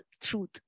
truth